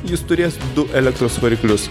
jis turės du elektros variklius